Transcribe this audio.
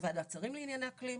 ועדת שרים לענייני אקלים,